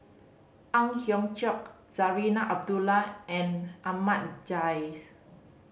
Ang Hiong Chiok Zarinah Abdullah and Ahmad Jais